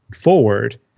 forward